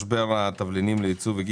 הדיון הוא על משבר התבלינים לייצוא ואי